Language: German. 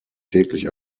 täglich